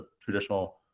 traditional